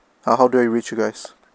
ah how do I reach you guys